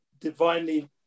divinely